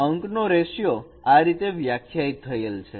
અંક નો રેશીયો આ રીતે વ્યાખ્યાયિત થયેલ છે